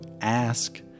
Ask